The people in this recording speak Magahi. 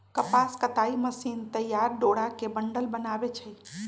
कपास कताई मशीन तइयार डोरा के बंडल बनबै छइ